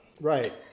Right